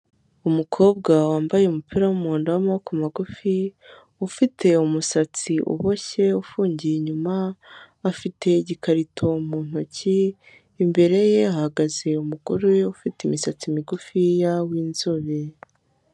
Umukobwa wambaye umupira w'umuhondo w'amaboko magufi ufite umusatsi uboshye ufungiye inyuma, afite igikarito mu ntoki imbere ye hahagaze umugore ufite imisatsi migufi ya w'inzobe.